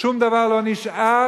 שום דבר לא נשאר,